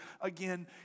again